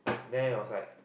then I was like